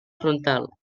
frontal